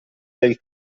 del